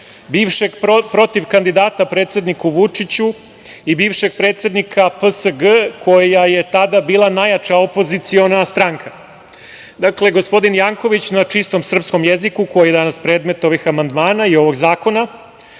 bivšeg protivkandidata predsedniku Vučiću i bivšeg predsednika PSG, koja je tada bila najjača opoziciona stranka. Dakle, gospodin Janković, na čistom srpskom jeziku koji je danas predmet ovih amandmana i ovog zakona,